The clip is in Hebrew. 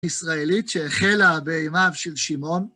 ישראלית שהחלה בימיו של שמעון.